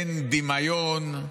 אין דמיון,